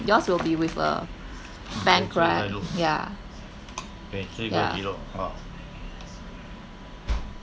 yours will be with a bank right yeah yeah